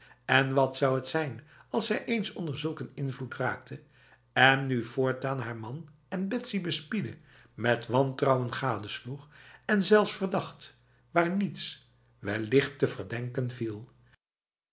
en wat zou het zijn als zij eens onder zulk een invloed raakte en nu voortaan haar man en betsy bespiedde met wantrouwen gadesloeg en zelfs verdacht waar niets wellicht te verdenken viel